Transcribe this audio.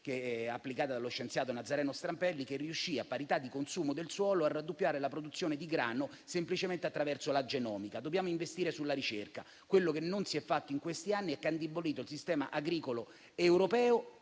1913, applicata dallo scienziato Nazareno Strampelli, che riuscì, a parità di consumo del suolo, a raddoppiare la produzione di grano semplicemente attraverso la genomica. Dobbiamo investire sulla ricerca, quello che non si è fatto in questi anni, indebolendo il sistema agricolo europeo